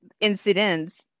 incidents